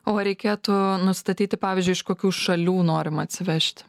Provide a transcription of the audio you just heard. o ar reikėtų nustatyti pavyzdžiui iš kokių šalių norima atsivežti